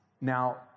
Now